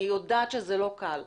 אני יודעת שזה לא קל.